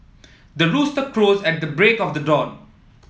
the rooster crows at the break of the dawn